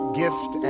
gift